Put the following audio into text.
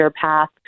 path